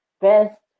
best